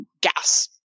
gas